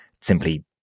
simply